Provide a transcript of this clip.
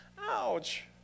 Ouch